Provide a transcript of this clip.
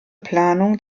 planung